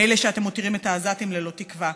מילא שאתם מותירים את העזתים ללא תקווה,